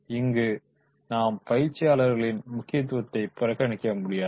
இங்கு நாம் பயிற்சியாளர்களின் முக்கியத்துவத்தை புறக்கணிக்க முடியாது